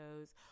shows